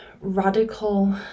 radical